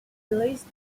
released